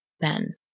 Ben